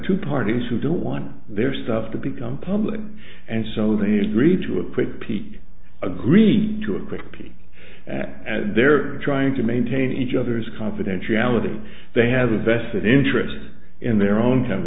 two parties who don't want their stuff to become public and so they agree to a quick peek agree to a quick peek and they're trying to maintain each other's confidentiality they have a vested interest in their own